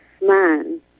man